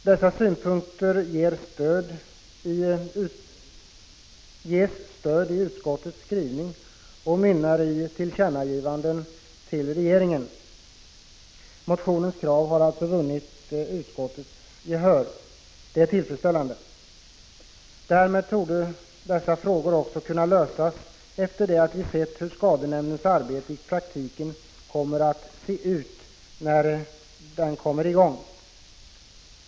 De här synpunkterna ges stöd i utskottets skrivning och utmynnar i tillkännagivanden till regeringen. Motionens krav har alltså vunnit utskottets gehör, och det är tillfredsställande. Därmed torde dessa frågor också kunna lösas efter det att vi sett hur skadenämndens arbete i praktiken kommer att se ut.